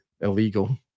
illegal